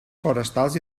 forestals